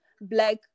black